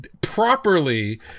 properly